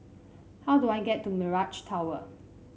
how do I get to Mirage Tower